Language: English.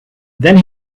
then